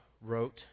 wrote